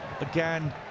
again